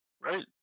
right